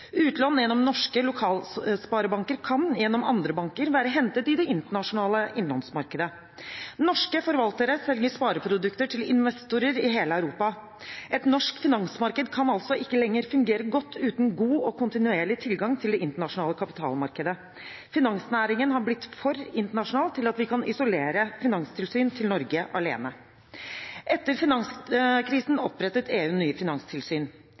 Utlån gjennom norske lokalsparebanker kan gjennom andre banker være hentet i det internasjonale innlånsmarkedet. Norske forvaltere selger spareprodukter til investorer i hele Europa. Et norsk finansmarked kan altså ikke lenger fungere godt uten god og kontinuerlig tilgang til det internasjonale kapitalmarkedet. Finansnæringen er blitt for internasjonal til at vi kan isolere finanstilsyn til Norge alene. Etter finanskrisen opprettet EU nye finanstilsyn.